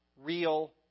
real